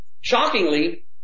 shockingly